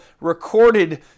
recorded